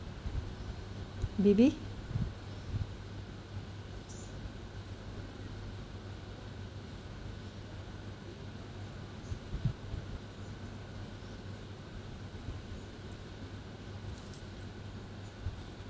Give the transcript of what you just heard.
debby